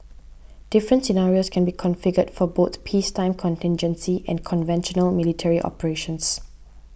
different scenarios can be configured for both peacetime contingency and conventional military operations